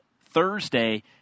Thursday